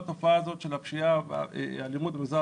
הטיפול בתופעה של הפשיעה והאלימות במגזר